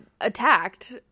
attacked